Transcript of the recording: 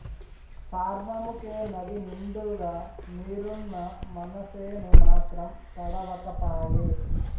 సార్నముకే నదినిండుగా నీరున్నా మనసేను మాత్రం తడవక పాయే